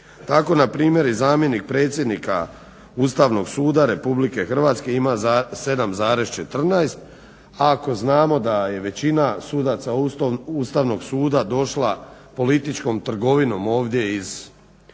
Tako npr. i zamjenik predsjednika Ustavnog suda Republike Hrvatske ima 7.14, a ako znamo da je većina sudaca Ustavnog suda došla političkom trgovinom ovdje iz nekih